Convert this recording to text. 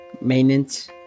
maintenance